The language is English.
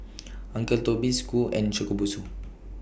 Uncle Toby's Qoo and Shokubutsu